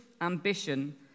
ambition